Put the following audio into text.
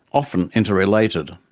often interrelated.